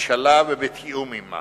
הממשלה ובתיאום עמה.